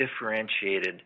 differentiated